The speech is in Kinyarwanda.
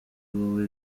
wowe